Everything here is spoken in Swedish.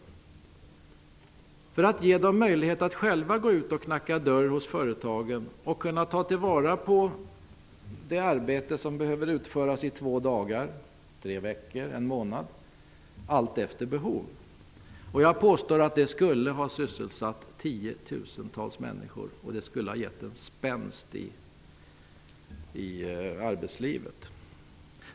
Det gjorde vi för att ge dem möjlighet att själva gå ut och knacka dörr hos företagen och ta till vara arbeten som tar två dagar, tre veckor eller en månad att utföra allt efter behov. Jag påstår att det skulle ha sysselsatt tiotusentals människor och givit en spänst i arbetslivet.